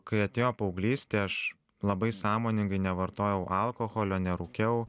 kai atėjo paauglystė aš labai sąmoningai nevartojau alkoholio nerūkiau